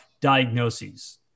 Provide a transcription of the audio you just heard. diagnoses